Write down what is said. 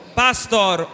pastor